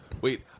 wait